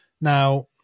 Now